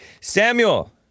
Samuel